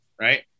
Right